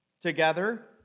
together